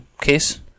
case